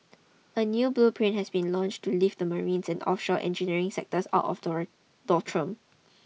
a new blueprint has been launched to lift the marines and offshore engineering sectors out of the doldrums